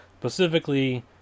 Specifically